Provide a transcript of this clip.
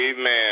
Amen